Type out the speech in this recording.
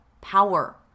power